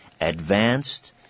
advanced